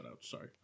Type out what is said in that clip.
sorry